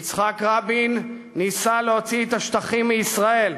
יצחק רבין ניסה להוציא את השטחים מישראל,